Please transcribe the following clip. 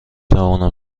توانم